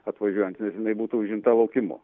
atvažiuojant jinai būtų užimta laukimu